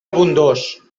abundós